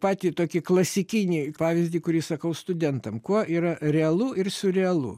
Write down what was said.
patį tokį klasikinį pavyzdį kurį sakau studentam kuo yra realu ir siurrealu